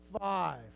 five